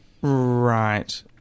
Right